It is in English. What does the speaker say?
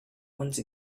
once